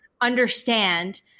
understand